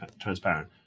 transparent